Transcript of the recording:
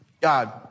God